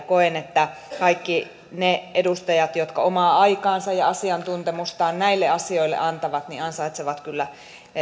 koen että kaikki ne edustajat jotka omaa aikaansa ja asiantuntemustaan näille asioille antavat ansaitsevat kyllä